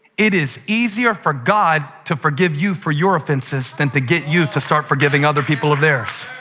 it is easier for god to forgive you for your offenses than to get you to start forgiving other people of theirs.